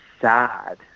sad